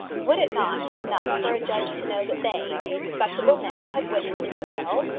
would it not be enough for a judge to know that they, two respectable men, had witnessed a new will,